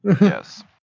yes